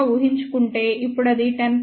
గా ఊహించుకుంటేఇప్పుడు అది 10